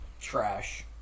Trash